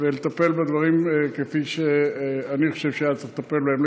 ולטפל בדברים כפי שאני חושב שהיה צריך לטפל בהם.